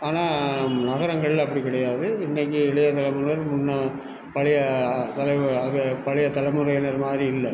ஆனால் நகரங்கள்ல அப்படி கிடையாது இன்னைக்கு இளைய தலைமுறையினர் முன்னால் பழைய தலைவர் ஆக பழைய தலைமுறையினர் மாதிரி இல்லை